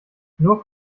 nur